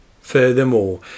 Furthermore